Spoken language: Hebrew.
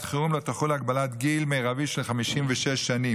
חירום לא תחול הגבלת גיל מרבי של 56 שנים,